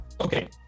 okay